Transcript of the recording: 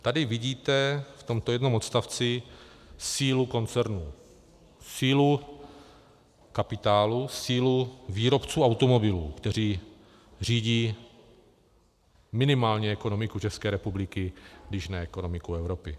Tady vidíte, v tomto jednom odstavci, sílu koncernu, sílu kapitálu, sílu výrobců automobilů, kteří řídí minimálně ekonomiku České republiky, když ne ekonomiku Evropy.